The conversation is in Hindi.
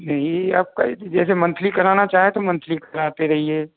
नहीं आप कहें तो जैसे मंथली कराना चाहें तो मंथली कराते रहिए